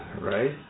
right